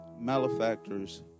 malefactors